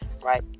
right